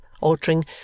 altering